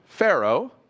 Pharaoh